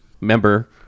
member